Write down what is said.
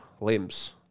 limbs